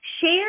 Share